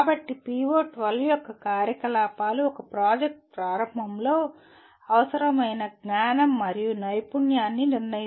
కాబట్టి PO12 యొక్క కార్యకలాపాలు ఒక ప్రాజెక్ట్ ప్రారంభంలో అవసరమైన జ్ఞానం మరియు నైపుణ్యాన్ని నిర్ణయిస్తాయి